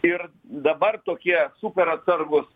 ir dabar tokie super atsargūs